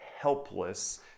helpless